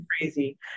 crazy